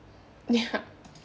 ya